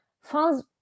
fans